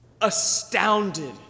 astounded